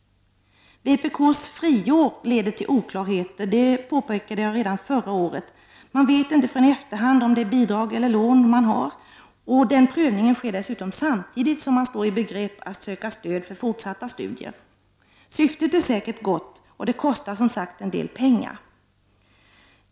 Vpk:s friår leder till oklarheter, något som jag påpekade redan förra året. Man vet inte förrän i efterhand om det är bidrag eller lån man har, och den prövningen sker dessutom samtidigt som man står i begrepp att söka stöd för fortsatta studier. Syftet är säkert gott, och det kostar som sagt en del pengar.